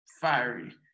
fiery